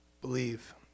believe